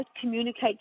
communicate